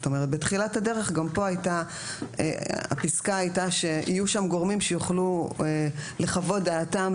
בתחילת הדרך הפסקה הייתה שיהיו שם גורמים שיוכלו לחוות דעתם,